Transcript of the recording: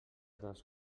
dels